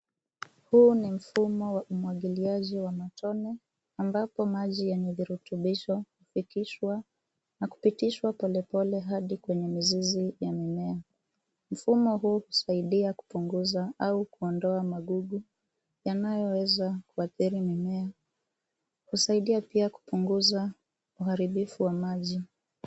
Huu ni mfumo wa umwagiliaji wa matone ambapo maji yenye virutubisho hufikishwa na kupitishwa pole pole hadi kwenye mizizi ya mimea. Mfumo huu husaidia kupunguza au kuondoa magugu yanayoweza kuathiri mimea. Husaidia pia kupunguza uharibifu wa maji.